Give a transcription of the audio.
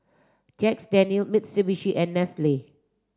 Jack Daniel Mitsubishi and Nestle